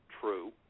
true